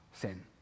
sin